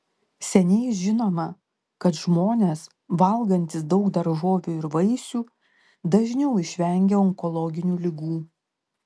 seniai žinoma kad žmonės valgantys daug daržovių ir vaisių dažniau išvengia onkologinių ligų